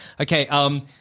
Okay